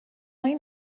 این